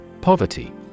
Poverty